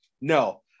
No